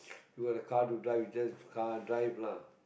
you got a car to drive you just car drive lah